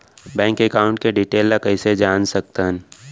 Bank account के detail ल कइसे जान सकथन?